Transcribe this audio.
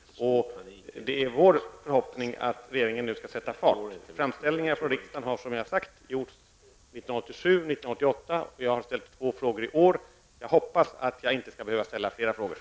Och det är vår förhoppning att regeringen nu skall sätta fart. Framställningar från riksdagen har, som jag har sagt, gjorts 1987 och 1988, och jag har ställt två frågor i år. Jag hoppas att jag inte skall behöva ställa fler frågor.